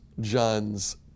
John's